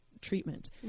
treatment